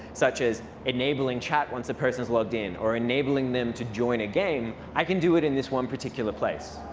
such as enabling chat once a person's logged in, or enabling them to join a game, i can do it in this one particular place.